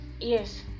yes